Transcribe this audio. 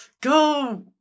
go